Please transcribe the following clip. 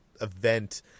event